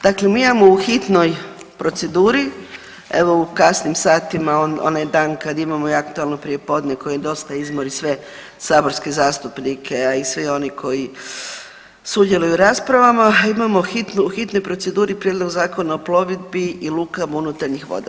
Dakle mi imamo u hitnoj proceduri evo u kasnim satima onaj dan kad imamo i aktualno prijepodne koji dosta izmori sve saborske zastupnike, a i sve oni koji sudjeluju u raspravama, imamo u hitnoj proceduri prijedlog Zakona o plovidbi i lukama unutarnjih voda.